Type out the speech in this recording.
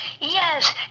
Yes